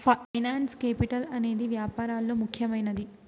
finance capital అనేదే వ్యాపారాల్లో ముఖ్యమైనది